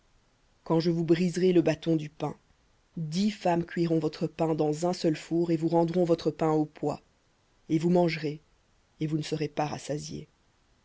quand je vous briserai le bâton du pain dix femmes cuiront votre pain dans un seul four et vous rendront votre pain au poids et vous mangerez et vous ne serez pas rassasiés